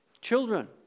children